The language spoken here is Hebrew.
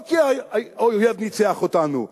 לא כי האויב ניצח אותנו.